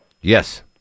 Yes